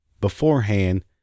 beforehand